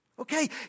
Okay